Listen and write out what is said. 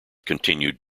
continued